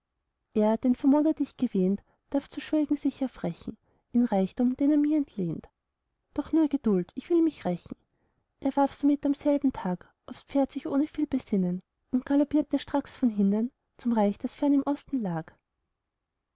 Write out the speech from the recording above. er den vermodert ich gewähnt er darf zu schwelgen sich erfrechen im reichtum den er mir entlehnt doch nur geduld ich will mich rächen er warf somit am selben tag aufs pferd sich ohne viel besinnen und galoppierte stracks von hinnen zum reich das fern im osten lag